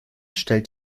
stellt